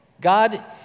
God